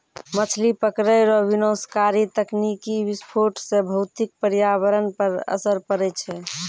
मछली पकड़ै रो विनाशकारी तकनीकी विस्फोट से भौतिक परयावरण पर असर पड़ै छै